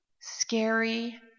scary